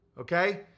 Okay